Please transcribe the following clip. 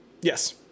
Yes